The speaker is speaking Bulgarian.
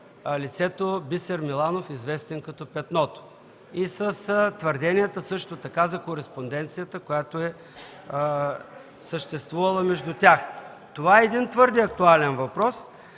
лицето Бисер Миланов, известен като Петното, и също така с твърденията за кореспонденцията, която е съществувала между тях. Това е един твърде актуален въпрос